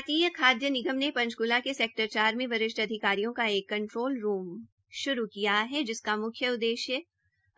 भारतीय खाद्य निगम ने पंचकूला के सेक्टर चार में वरिष्ठ अधिकारियों का एक कंट्रोल रूम श्रू किया है जिसका मुख्य उद्देश्य